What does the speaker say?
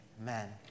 amen